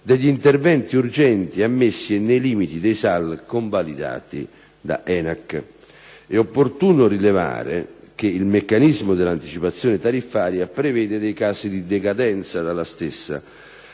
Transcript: degli interventi urgenti ammessi e nei limiti dei SAL convalidati dall'ENAC. È opportuno rilevare che il meccanismo dell'anticipazione tariffaria prevede dei casi di decadenza della stessa